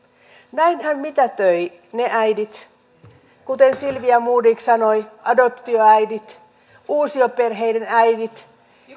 näin hän mitätöi kuten silvia modig sanoi adoptioäidit uusioperheiden äidit